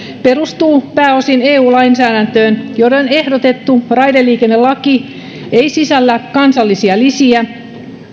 perustuu pääosin eu lainsäädäntöön jolloin ehdotettu raideliikennelaki ei sisällä kansallisia lisiä